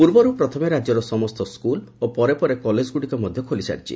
ପୂର୍ବରୁ ପ୍ରଥମେ ରାଜ୍ୟର ସମସ୍ତ ସ୍କୁଲ୍ ଓ ପରେ ପରେ କଲେଜଗୁଡ଼ିକ ମଧ୍ୟ ଖୋଲିସାରିଛି